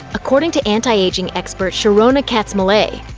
according to anti-aging expert sharrona katz-moulay,